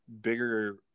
bigger